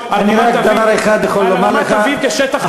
על רמת-אביב כשטח כבוש.